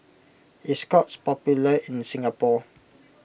is Scott's popular in Singapore